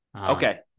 Okay